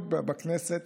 מיעוט בכנסת